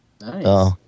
Nice